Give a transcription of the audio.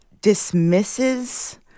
dismisses